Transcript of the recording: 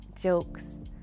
jokes